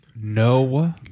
No